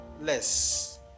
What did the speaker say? less